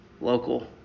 local